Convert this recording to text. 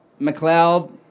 McLeod